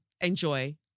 enjoy